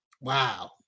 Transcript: Wow